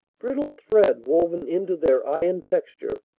brittle thread woven into their iron texture,